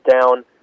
down